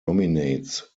dominates